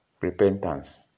repentance